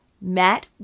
Matt